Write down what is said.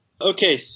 Okay